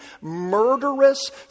murderous